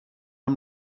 amb